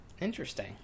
interesting